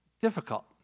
difficult